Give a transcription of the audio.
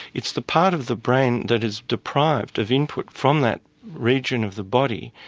it's the part of the brain that is deprived of input from that region of the body,